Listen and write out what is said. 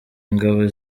ingabo